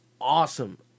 awesome